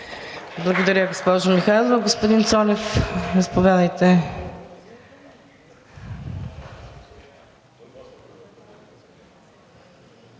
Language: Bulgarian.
Благодаря, госпожо Михайлова. Господин Цонев, заповядайте